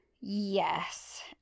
yes